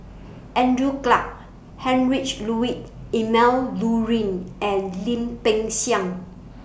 Andrew Clarke Heinrich Ludwig Emil Luering and Lim Peng Siang